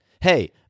Hey